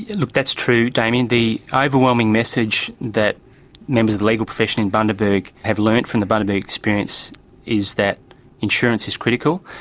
look, that's true, damien. the overwhelming message that members of the legal profession in bundaberg have learnt from the bundaberg experience is that insurance is critical.